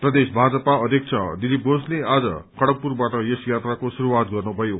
प्रदेश भाजपा अध्यक्ष दिलीप घोषले आज खड़गपुरबाट यस यात्राको शुरूआत गर्नुभयो